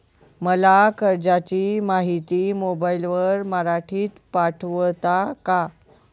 मला कर्जाची माहिती मोबाईलवर मराठीत पाठवता का?